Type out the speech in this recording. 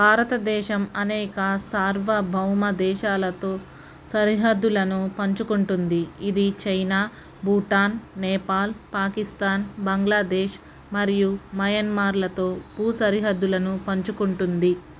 భారతదేశం అనేక సార్వభౌమ దేశాలతో సరిహద్దులను పంచుకుంటుంది ఇది చైనా భూటాన్ నేపాల్ పాకిస్తాన్ బంగ్లాదేశ్ మరియు మయన్మార్లతో భూ సరిహద్దులను పంచుకుంటుంది